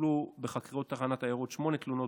טופלו בחקירות תחנת עיירות שמונה תלונות